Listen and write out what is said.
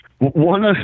One